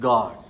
God